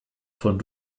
von